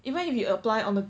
even if you apply on the